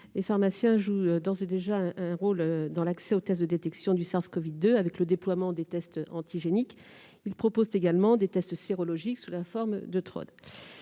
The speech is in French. Les pharmaciens jouent d'ores et déjà un rôle dans l'accès aux tests de détection du SARS-CoV-2, avec le déploiement des tests antigénique. Ils proposent également des tests sérologiques sous la forme de Trod.